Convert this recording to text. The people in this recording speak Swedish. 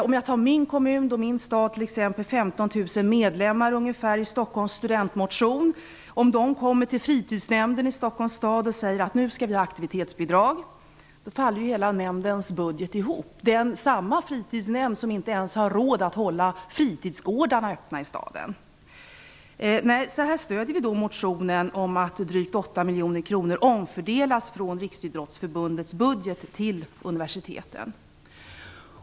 Om exempelvis de 15 000 medlemmarna i min hemstads studentmotion vänder sig till fritidsnämnden i Stockholms stad och säger att de nu skall ha aktivitetsbidrag, så faller ju hela nämndens budget ihop - samma fritidsnämnd som inte ens har råd att hålla fritidsgårdarna öppna i staden. Här stöder vi motionen om att drygt 8 miljoner kronor omfördelas från Riksidrottsförbundets budget till universiteten.